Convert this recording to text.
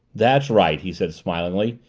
that's right, he said smilingly.